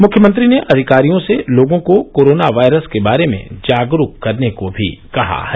मुख्यमंत्री ने अधिकारियों से लोगों को कोरोना वायरस के बारे में जागरूक करने को भी कहा है